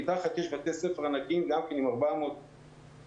יש בתי-ספר ענקיים אחרים עם 400 תלמידים.